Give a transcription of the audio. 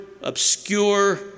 obscure